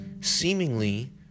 seemingly